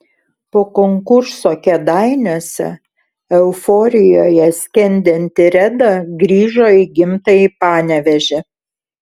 po konkurso kėdainiuose euforijoje skendinti reda grįžo į gimtąjį panevėžį